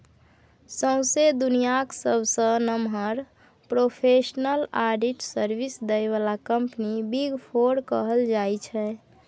सौंसे दुनियाँक सबसँ नमहर प्रोफेसनल आडिट सर्विस दय बला कंपनी बिग फोर कहल जाइ छै